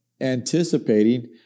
anticipating